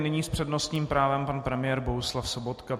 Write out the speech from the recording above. Nyní s přednostním právem pan premiér Bohuslav Sobotka.